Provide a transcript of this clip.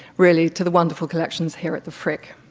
really to the wonderful collections here at the frick.